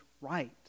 right